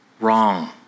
wrong